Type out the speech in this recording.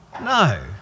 No